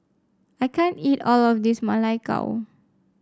I can't eat all of this Ma Lai Gao